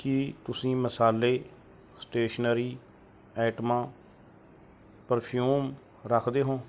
ਕੀ ਤੁਸੀਂ ਮਸਾਲੇ ਸਟੇਸ਼ਨਰੀ ਆਈਟਮਾਂ ਪਰਫਿਊਮ ਰੱਖਦੇ ਹੋ